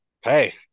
hey